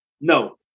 No